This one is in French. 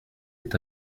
est